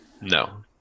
No